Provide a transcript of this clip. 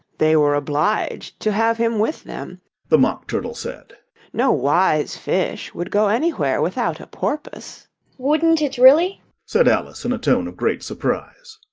they were obliged to have him with them the mock turtle said no wise fish would go anywhere without a porpoise wouldn't it really said alice in a tone of great surprise.